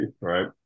right